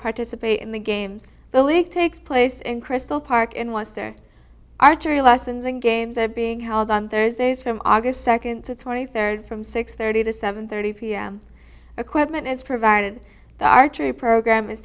participate in the games the league takes place in crystal park and wants their archery lessons and games of being held on thursdays from august second to twenty third from six thirty to seven thirty pm equipment is provided the archery program is